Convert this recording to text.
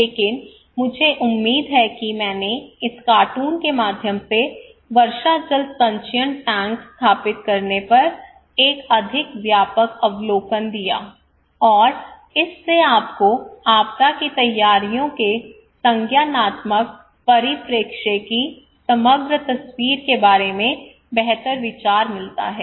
लेकिन मुझे उम्मीद है कि मैंने इस कार्टून के माध्यम से वर्षा जल संचयन टैंक स्थापित करने पर एक अधिक व्यापक अवलोकन दिया और इससे आपको आपदा की तैयारियों के संज्ञानात्मक परिप्रेक्ष्य की समग्र तस्वीर के बारे में बेहतर विचार मिलता है